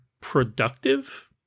productive